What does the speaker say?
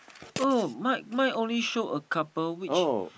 oh my mine only show a couple which